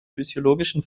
physiologischen